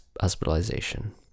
hospitalization